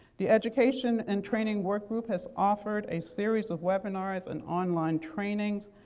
the education and training work group has offered a series of webinars and online trainings,